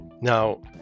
now